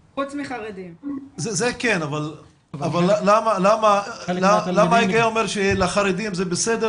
זה כן, אבל למה ההיגיון אומר שלחרדים זה בסדר